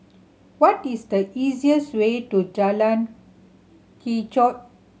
what is the easiest way to Jalan Kechot